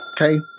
Okay